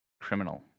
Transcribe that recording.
criminal